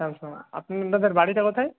Samsung আপনাদের বাড়িটা কোথায়